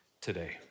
today